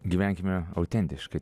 gyvenkime autentiškai